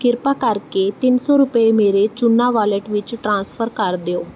ਕਿਰਪਾ ਕਰਕੇ ਤਿੰਨ ਸੌ ਰੁਪਏ ਮੇਰੇ ਚੂਨਾ ਵਾਲੇਟ ਵਿੱਚ ਟ੍ਰਾਂਸਫਰ ਕਰ ਦਿਓ